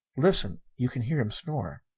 listen you can hear him snore.